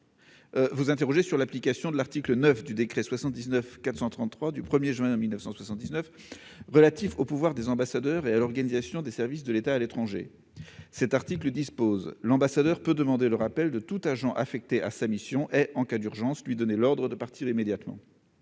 vous interroger sur l'application de l'article 9 du décret n° 79-433 du 1 juin 1979 relatif aux pouvoirs des ambassadeurs et à l'organisation des services de l'État à l'étranger. Cet article dispose que « l'ambassadeur peut demander le rappel de tout agent affecté à sa mission et, en cas d'urgence, lui donner l'ordre de partir immédiatement